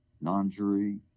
non-jury